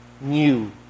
new